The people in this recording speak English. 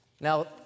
now